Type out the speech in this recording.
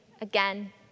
again